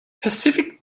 pacific